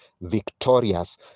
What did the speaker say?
victorious